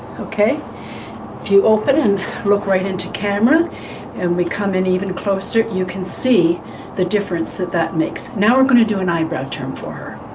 ok if you open and look right into camera and we come in even closer you can see the difference that that makes. now we're going to do an eyebrow trim for